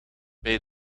bij